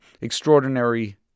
extraordinary